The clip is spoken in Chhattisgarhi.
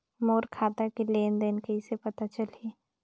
मोर खाता के लेन देन कइसे पता चलही?